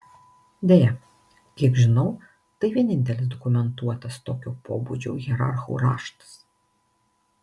deja kiek žinau tai vienintelis dokumentuotas tokio pobūdžio hierarchų raštas